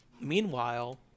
Meanwhile